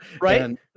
Right